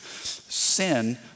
Sin